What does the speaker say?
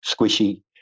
squishy